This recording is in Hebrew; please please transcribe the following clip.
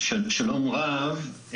שלום רב,